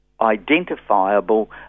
identifiable